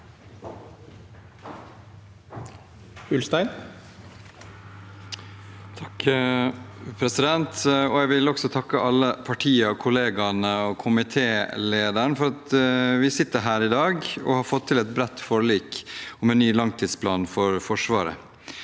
(KrF) Jeg vil også takke alle partiene, kollegaene og komitélederen for at vi sitter her i dag og har fått til et bredt forlik om en ny langtidsplan for Forsvaret.